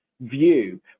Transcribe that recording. view